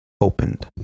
opened